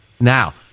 Now